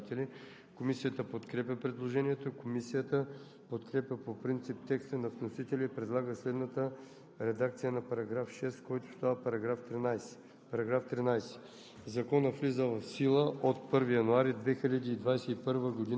Комисията не подкрепя предложението. Предложение от народния представител Пламен Нунев и група народни представители. Комисията подкрепя предложението. Комисията подкрепя по принцип текста на вносителя и предлага следната редакция на § 6, който става § 13: „§ 13.